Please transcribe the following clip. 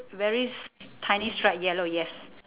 very s~ tiny stripe yellow yes